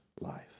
life